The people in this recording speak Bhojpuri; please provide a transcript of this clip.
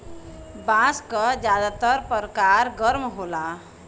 बांस क जादातर परकार गर्म होला